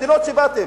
ממדינות שבאתם.